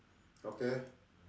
okay